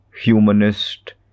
humanist